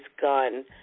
gun